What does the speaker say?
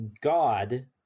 god